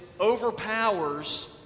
overpowers